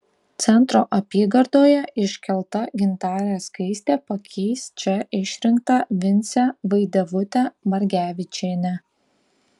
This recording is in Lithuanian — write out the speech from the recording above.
centro apygardoje iškelta gintarė skaistė pakeis čia išrinktą vincę vaidevutę margevičienę